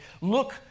look